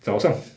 早上